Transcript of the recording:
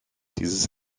dieses